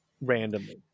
randomly